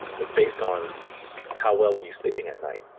it's based on how well are you sleeping at night?